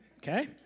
Okay